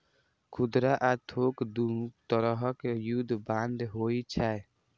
खुदरा आ थोक दू तरहक युद्ध बांड होइ छै